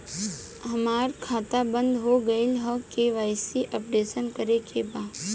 हमार खाता बंद हो गईल ह के.वाइ.सी अपडेट करे के बा?